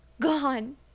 Gone